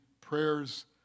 prayers